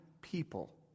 people